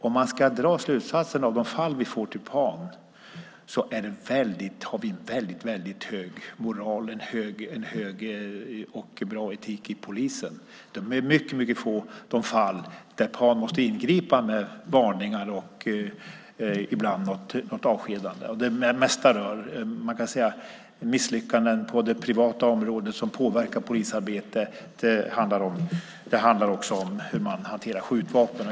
Om man ska dra slutsatser av de fall vi får till PAN har vi en väldigt hög moral och bra etik inom polisen. Det är mycket få fall där PAN måste ingripa med varningar och ibland något avskedande. Det handlar mest om misslyckanden på det privata området som påverkar polisarbetet. Det handlar också om hur man hanterar skjutvapen.